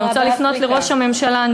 אני רוצה לפנות לראש הממשלה.